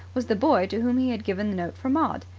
was the boy to whom he had given the note for maud.